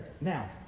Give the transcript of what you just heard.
Now